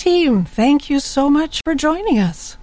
team thank you so much for joining us